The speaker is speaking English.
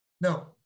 No